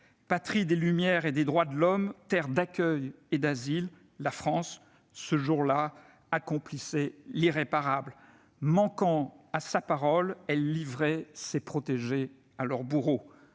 patrie des Lumières et des droits de l'homme, terre d'accueil et d'asile, la France, ce jour-là, accomplissait l'irréparable. Manquant à sa parole, elle livrait ses protégés à leurs bourreaux.